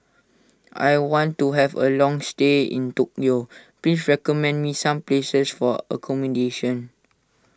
I want to have a long stay in Tokyo please recommend me some places for accommodation